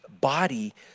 body